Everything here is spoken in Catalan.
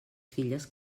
filles